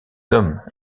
hommes